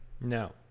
no